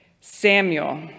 Samuel